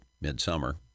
midsummer